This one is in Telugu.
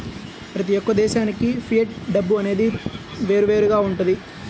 ప్రతి యొక్క దేశానికి ఫియట్ డబ్బు అనేది వేరువేరుగా వుంటది